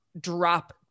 drop